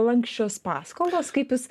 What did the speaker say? lanksčios paskolos kaip jūs